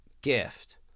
gift